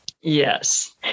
Yes